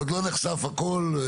עוד לא נחשף הכול.